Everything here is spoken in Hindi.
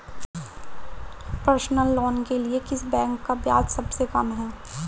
पर्सनल लोंन के लिए किस बैंक का ब्याज सबसे कम है?